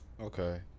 Okay